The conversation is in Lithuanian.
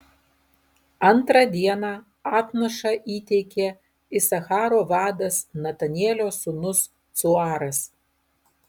antrą dieną atnašą įteikė isacharo vadas netanelio sūnus cuaras